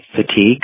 fatigue